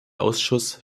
ausschuss